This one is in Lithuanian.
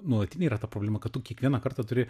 nuolatinė yra ta problema kad tu kiekvieną kartą turi